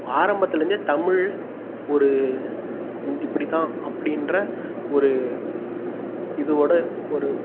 ஆரம்பத்துலேருந்தே தமிழ் ஒரு இப்படித்தான் அப்படின்ற ஒரு இதுவோடய ஒரு